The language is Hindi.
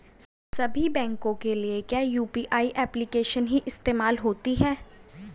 सभी बैंकों के लिए क्या यू.पी.आई एप्लिकेशन ही इस्तेमाल होती है?